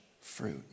fruit